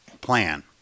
plan